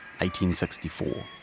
1864